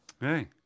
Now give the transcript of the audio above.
hey